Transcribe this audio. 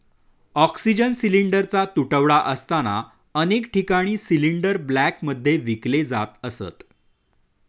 oxygen सिलिंडरचा तुटवडा असताना अनेक ठिकाणी सिलिंडर ब्लॅकमध्ये विकले जात असत